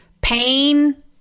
Pain